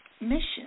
mission